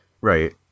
Right